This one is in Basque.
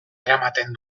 eramaten